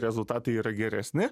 rezultatai yra geresni